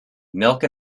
milk